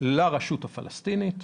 לרשות הפלסטינית,